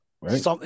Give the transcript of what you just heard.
right